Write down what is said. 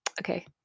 Okay